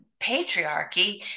patriarchy